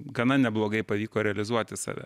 gana neblogai pavyko realizuoti save